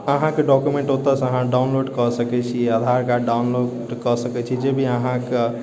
अहाँकेँ डॉक्युमेन्ट ओतऽ से अहाँ डाउनलोड कऽ सकैत छी आधार कार्ड डाउनलोड कऽ सकैत छी जे भी अहाँके